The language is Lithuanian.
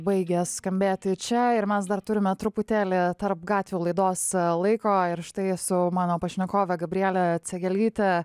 baigia skambėti čia ir mes dar turime truputėlį tarp gatvių laidos laiko ir štai su mano pašnekove gabriele cegialyte